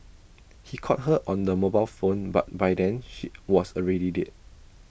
he called her on her mobile phone but by then she was already dead